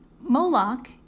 Moloch